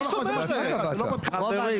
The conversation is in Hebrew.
חברים,